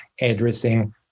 addressing